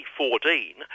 2014